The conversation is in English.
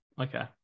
Okay